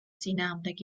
წინააღმდეგ